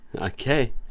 okay